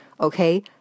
okay